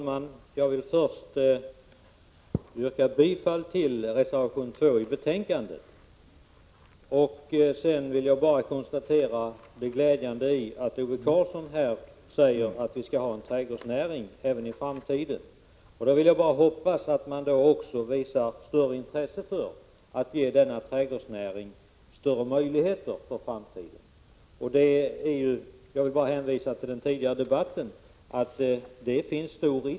Herr talman! Jag vill bara konstatera det glädjande i att Ove Karlsson här säger att vi i vårt land skall ha en trädgårdsnäring även i fortsättningen. Jag hoppas att man då visar större intresse för att ge trädgårdsnäringen bättre möjligheter för framtiden. Därvid vill jag hänvisa till den tidigare debatten.